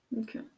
Okay